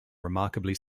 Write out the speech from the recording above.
remarkably